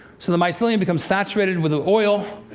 so, the mycelium becomes saturated with the oil,